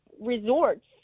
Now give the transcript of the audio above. resorts